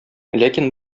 ләкин